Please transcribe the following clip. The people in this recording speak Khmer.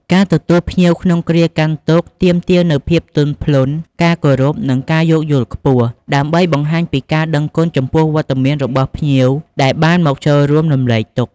ការទទួលភ្ញៀវក្នុងគ្រាកាន់ទុក្ខទាមទារនូវភាពទន់ភ្លន់ ការគោរព និងការយោគយល់ខ្ពស់ ដើម្បីបង្ហាញពីការដឹងគុណចំពោះវត្តមានរបស់ភ្ញៀវដែលបានមកចូលរួមរំលែកទុក្ខ។